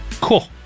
Cool